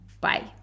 Bye